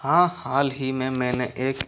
हाँ हाल ही में मैंने एक